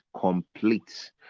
complete